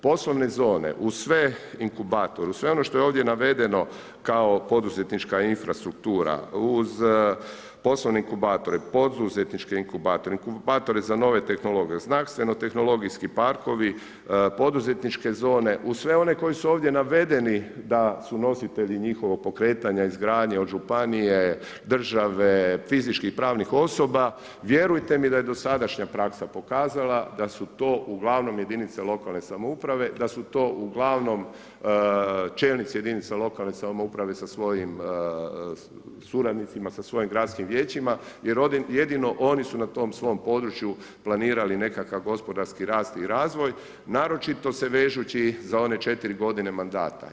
Poslovne zone uz sve inkubatore uz sve ono što je ovdje navedeno kao poduzetnička infrastruktura, uz poslovne inkubatore, poduzetničke inkubatore, inkubatore za nove tehnologije, znanstveno-tehnologijski parkovi, poduzetničke zone uz sve one koji su ovdje navedeni da su nositelji njihovog pokretanja izgradnje od županije, države, fizičkih i pravnih osoba vjerujte mi da je dosadašnja praksa pokazala da su to uglavnom jedinice lokalne samouprave, da su to uglavnom čelnici jedinica lokalne samouprave sa svojim suradnicima sa svojim gradskim vijećima jer oni jedino oni su na tom svom području planirali nekakav gospodarski rast i razvoj, naročito se vežući za one četiri godine mandata.